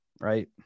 right